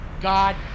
God